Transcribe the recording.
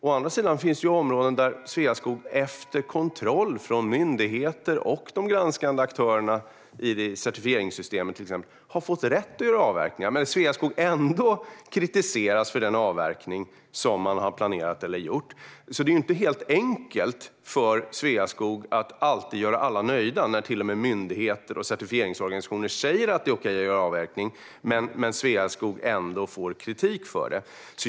Å andra sidan finns det ju områden där Sveaskog efter kontroll från myndigheter och de granskande aktörerna i certifieringssystemet har fått rätt att göra avverkningar men där Sveaskog ändå kritiseras för en avverkning som har planerats eller gjorts. Det är alltså inte helt enkelt för Sveaskog att alltid göra alla nöjda när till och med myndigheter och certifieringsorganisationer säger att det är okej att avverka men Sveaskog ändå får kritik för det.